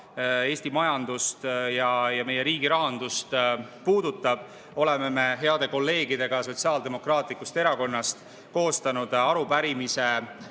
Eesti majandust ja meie riigi rahandust puudutab, oleme me heade kolleegidega Sotsiaaldemokraatlikust Erakonnast koostanud rahandusminister